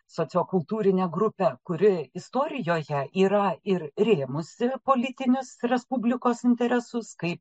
sociokultūrine grupe kuri istorijoje yra ir rėmusi politinius respublikos interesus kaip